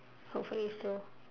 hopefully so